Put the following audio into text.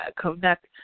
connect